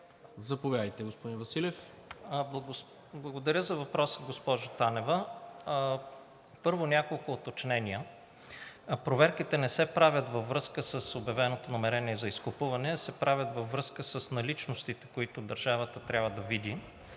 АСЕН ВАСИЛЕВ: Благодаря за въпроса, госпожо Танева. Първо, няколко уточнения. Проверките не се правят във връзка с обявеното намерение за изкупуване, а се правят във връзка с наличностите, които държавата трябва да види,